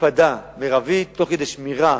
הקפדה מרבית, תוך כדי שמירה